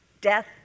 death